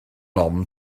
ofn